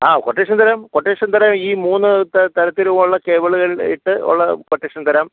ആ കൊട്ടേഷൻ തരാം കൊട്ടേഷൻ തരാം ഈ മൂന്ന് തര തരത്തിലുള്ള കേബിളുകൾ ഇട്ട് ഉള്ള കൊട്ടേഷൻ തരാം